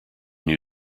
new